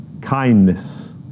Kindness